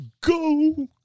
go